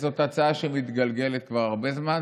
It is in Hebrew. זו הצעה שמתגלגלת כבר הרבה זמן,